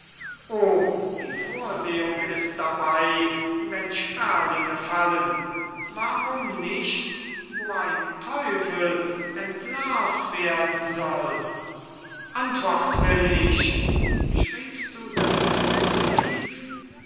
o die vorsehung ist dabei wenn sperlinge fallen warum nicht wo ein teufel entlarvt werden soll antwort will ich schriebst du diesen brief